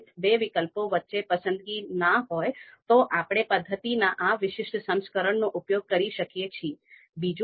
તેથી જો આપણે વિકલ્પો વચ્ચેના નાના તફાવતોને અવગણવા માંગતા હોઈએ અને જો આપણે ઉચ્ચ તફાવતોને મંજૂરી આપવા માંગતા હોઈએ તો આ પ્રકારના માપદંડ ઉપયોગી હોઈ શકે છે